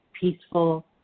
Peaceful